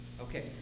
Okay